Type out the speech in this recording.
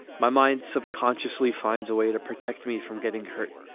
my mind subconsciously finds a way to protect me from getting hurt.